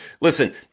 listen